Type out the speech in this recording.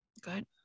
Good